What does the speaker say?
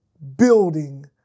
building